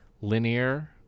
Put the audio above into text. linear